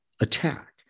attack